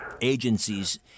agencies